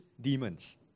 demons